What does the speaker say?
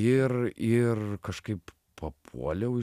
ir ir kažkaip papuoliau